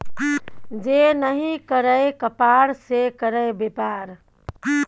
जे नहि करय कपाड़ से करय बेपार